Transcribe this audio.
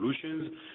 solutions